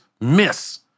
miss